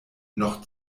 noch